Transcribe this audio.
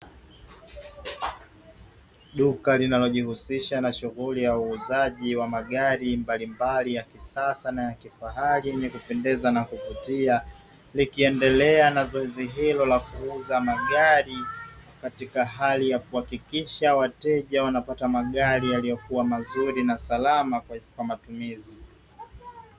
Duka linalojihusisha na shughuli ya uuzaji wa magari mbalimbali ya kisasa na ya kifahari ni kupendeza na kuvutia. Likiendelea na zoezi hilo la kuuza magari katika hali ya kuhakikisha wateja wanapata magari yaliyokuwa mazuri na salama kwa matumizi.